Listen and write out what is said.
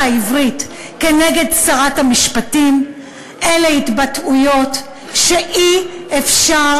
העברית כנגד שרת המשפטים אלה התבטאויות שאי-אפשר